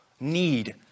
need